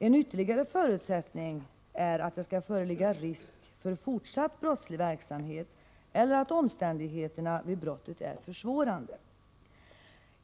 En ytterligare förutsättning är att det skall föreligga risk för fortsatt brottslig verksamhet eller att omständigheterna vid brottet är försvårande.